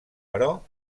però